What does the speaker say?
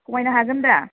खमायनो हागोन दा